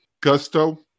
gusto